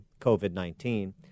COVID-19